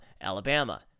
Alabama